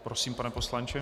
Prosím, pane poslanče.